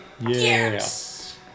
Yes